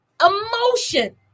emotion